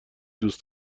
دوس